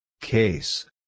Case